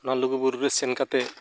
ᱚᱱᱟ ᱞᱩᱜᱩᱵᱩᱨᱩ ᱨᱮ ᱥᱮᱱ ᱠᱟᱛᱮᱫ